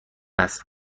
است